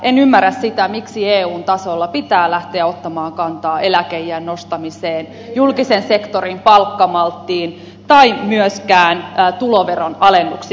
en ymmärrä sitä miksi eun tasolla pitää lähteä ottamaan kantaa eläkeiän nostamiseen julkisen sektorin palkkamalttiin tai myöskään tuloveronalennuksiin